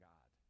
God